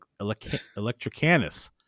electricanus